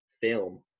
film